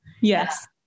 yes